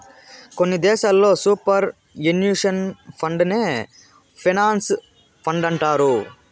కొన్ని దేశాల్లో superannuation ఫండేనే పెన్సన్ ఫండంటారు